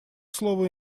слово